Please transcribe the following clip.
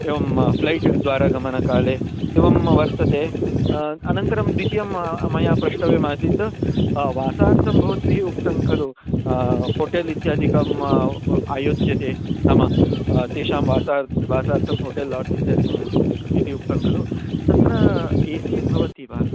एवं फ़्लैट् द्वारा गमनकाले एवं वर्तते अनन्तरं द्वितीयं मया प्रष्टव्यमासीत् वासार्थं भवद्भिः उक्तं खलु होटेल् इत्यादिकम् आयोज्यते नाम तेषां वासार्थं वासार्थं होटेल् लाड्ज् इत्यादिकम् उच्यते किम् इति उक्तं खलु तत्र ए सि भवति वा